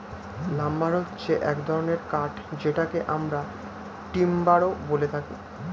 lumber হচ্ছে এক ধরনের কাঠ যেটাকে আমরা টিম্বারও বলে থাকি